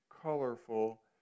colorful